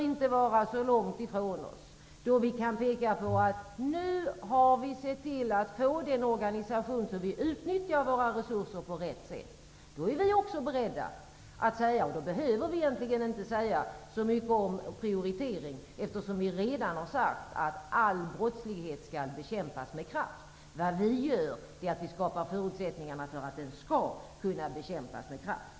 Den dag vi kan peka på att vi har sett till att få en organisation så att resurserna utnyttjas på rätt sätt bör inte vara så långt borta. Då behöver vi egentligen inte säga så mycket om prioriteringar, eftersom vi redan har sagt att all brottslighet skall bekämpas med kraft. Vad vi gör är att skapa förutsättningar för att den skall kunna bekämpas med kraft.